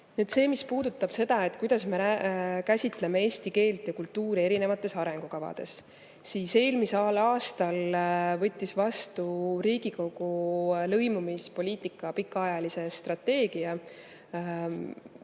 tulevad. Mis puudutab seda, kuidas me käsitleme eesti keelt ja kultuuri erinevates arengukavades, siis eelmisel aastal võttis Riigikogu vastu lõimumispoliitika pikaajalise strateegia,